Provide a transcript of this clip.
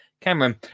Cameron